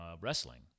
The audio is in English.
wrestling